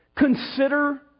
consider